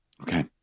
Okay